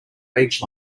beach